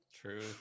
true